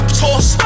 toss